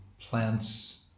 plants